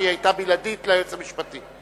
שהיתה בלעדית ליועץ המשפטי.